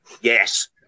yes